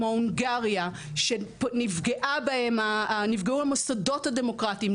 כמו הונגריה שנפגעו המוסדות הדמוקרטיים,